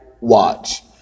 Watch